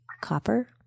copper